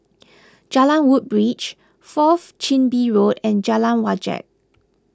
Jalan Woodbridge Fourth Chin Bee Road and Jalan Wajek